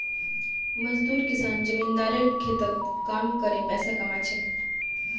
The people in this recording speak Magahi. मजदूर किसान जमींदारेर खेतत काम करे पैसा कमा छेक